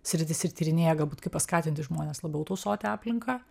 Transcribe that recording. sritis ir tyrinėja galbūt kaip paskatinti žmones labiau tausoti aplinką